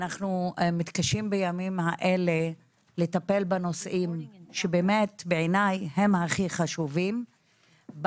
אנחנו מתקשים בימים האלה לטפל בנושאים שבאמת בעיניי הם הכי חשובים,